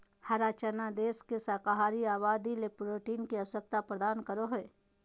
हरा चना देश के शाकाहारी आबादी ले प्रोटीन के आवश्यकता प्रदान करो हइ